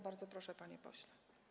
Bardzo proszę, panie pośle.